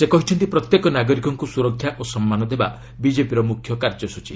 ସେ କହିଛନ୍ତି ପ୍ରତ୍ୟେକ ନାଗରିକଙ୍କୁ ସୁରକ୍ଷା ଓ ସମ୍ମାନ ଦେବା ବିଜେପିର ମୁଖ୍ୟ କାର୍ଯ୍ୟସ୍ଚୀ